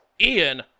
Ian